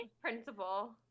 principal